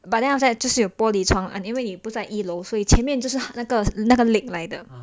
but then after that 就是有玻璃窗因为你不在一楼所以前面就是那个那个 lake 来的